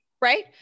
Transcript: Right